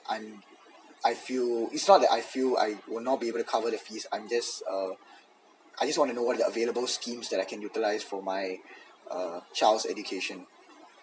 I'm I feel it's not that I feel I will not be able to cover the fees I'm just uh I just wanna know what are the available schemes that I can utilize for my uh child's education